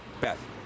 Beth